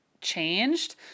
changed